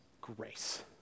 grace